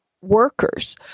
workers